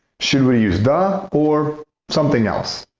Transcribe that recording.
should we use the, or something else?